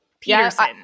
Peterson